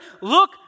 look